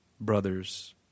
brothers